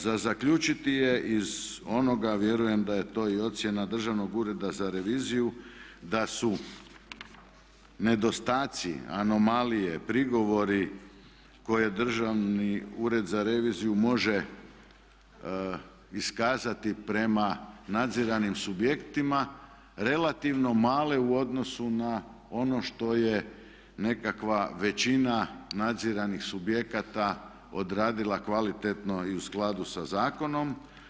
Za zaključiti je iz onoga a vjerujem da je to i ocjena Državnog ureda za reviziju da su nedostaci, anomalije, prigovori koje Državni ured za reviziju može iskazati prema nadziranim subjektima relativno male u odnosu na ono što je nekakva većina nadziranih subjekata odradila kvalitetno i u skladu sa zakonom.